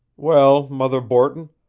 well, mother borton,